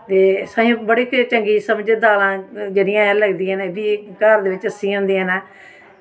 ते सानूं बड़ी चंगी सब्जी दाला जेह्ड़ियां ऐं लगदी घर च होंदियां न